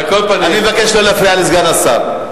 אני מבקש לא להפריע לסגן השר.